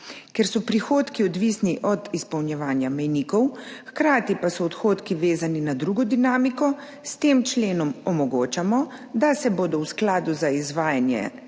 Ker so prihodki odvisni od izpolnjevanja mejnikov, hkrati pa so odhodki vezani na drugo dinamiko, s tem členom omogočamo, da se bodo v Skladu za izvajanje načrta